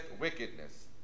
wickedness